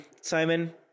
simon